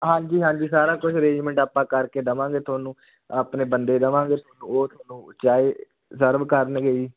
ਹਾਂਜੀ ਹਾਂਜੀ ਸਾਰਾ ਕੁਛ ਅਰੇਂਜਮੈਂਟ ਆਪਾਂ ਕਰਕੇ ਦੇਵਾਂਗੇ ਤੁਹਾਨੂੰ ਆਪਣੇ ਬੰਦੇ ਦੇਵਾਂਗੇ ਤੁਹਾਨੂੰ ਉਹ ਤੁਹਾਨੂੰ ਚਾਏ ਸਰਵ ਕਰਨਗੇ ਜੀ